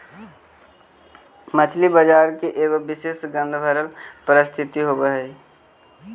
मछली बजार के एगो विशेष गंधभरल परिस्थिति होब हई